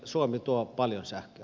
suomi tuo paljon sähköä